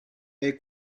est